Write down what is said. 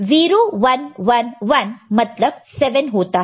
0 1 1 1 मतलब 7 होता है